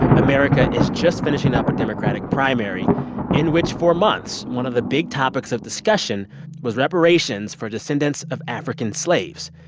america is just finishing up a democratic primary in which, for months, one of the big topics of discussion was reparations for descendants of african slaves.